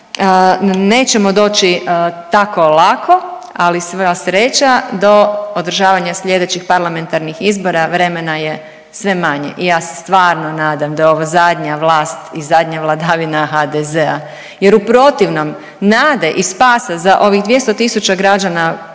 nećemo doći tako lako, ali sva sreća do održavanja sljedećih parlamentarnih izbora vremena je sve manje i ja se stvarno nadam da je ovo zadnja vlast i zadnja vladavina HDZ-a. Jer u protivnom nade i spasa za ovih 200000 građana